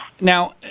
Now